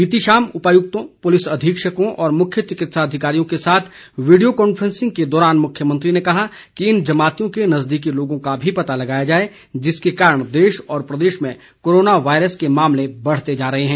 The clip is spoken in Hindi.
बीती शाम उपायुक्तों पुलिस अधीक्षकों और मुख्य चिकित्सा अधिकारियों के साथ वीडियो कॉन्फ्रेंसिंग के दौरान मुख्यमंत्री ने कहा कि इन जमातियों के नज़दीकी लोगों का भी पता लगाया जाए जिसके कारण देश व प्रदेश में कोरोना वायरस के मामले बढ़ते जा रहे हैं